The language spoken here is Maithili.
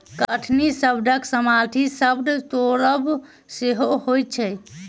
कटनी शब्दक समानार्थी शब्द तोड़ब सेहो होइत छै